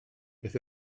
beth